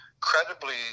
credibly